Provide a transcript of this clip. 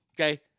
Okay